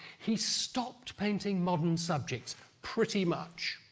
he stopped painting modern subjects pretty much.